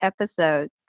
episodes